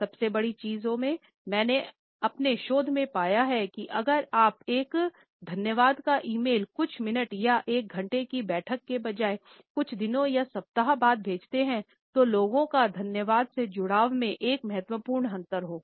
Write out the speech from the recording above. सबसे बड़ी चीजों में से मैंने अपने शोध में पाया है कि अगर आप एक धन्यवाद का ई मेल कुछ मिनट या एक घंटे की बैठक के बजाये कुछ दिनों या सप्ताह बाद भेजते हैं तो लोगों का धन्यवाद से जुड़ाव में एक महत्वपूर्ण अंतर होगा